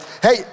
Hey